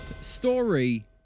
Story